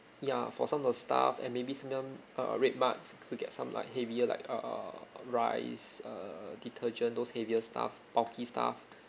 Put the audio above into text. ya for some of the stuff and maybe sometime uh redmart will get some like heavier like err uh rice err detergent those heavier stuff bulky stuff